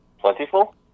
Plentiful